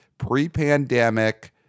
pre-pandemic